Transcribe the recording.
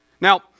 Now